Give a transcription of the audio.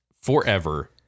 forever